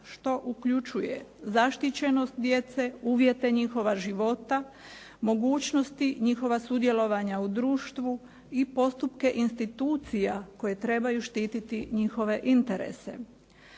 što uključuje zaštićenost djece, uvjete njihova života, mogućnosti njihova sudjelovanja u društvu i postupke institucija koje trebaju štititi njihove interese.